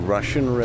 Russian